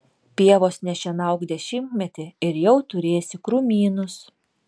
pievos nešienauk dešimtmetį ir jau turėsi krūmynus